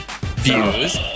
views